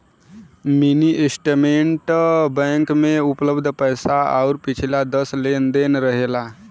mini statement bank में उपलब्ध पैसा आउर पिछला दस लेन देन रहेला